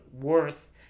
worth